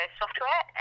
software